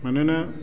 मानोना